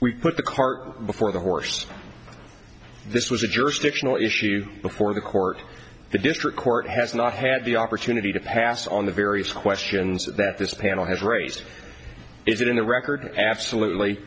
we put the cart before the horse this was your stiction or issue before the court the district court has not had the opportunity to pass on the various questions that this panel has raised is it in the record absolutely